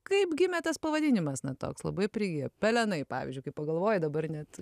kaip gimė tas pavadinimas na toks labai prigijo pelenai pavyzdžiui kai pagalvoji dabar net